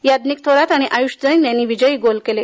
याज्ञिक थोरात आणि आय़ष जैन यांनी विजयी गोल केले